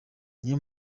niyo